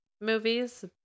movies